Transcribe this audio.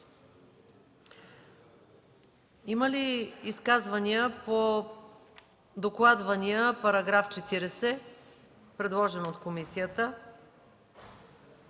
Има ли изказвания по докладвания § 40, предложен от комисията?